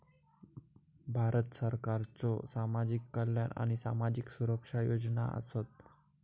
भारत सरकारच्यो सामाजिक कल्याण आणि सामाजिक सुरक्षा योजना आसत